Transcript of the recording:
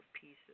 pieces